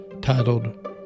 titled